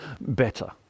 better